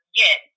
yes